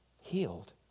healed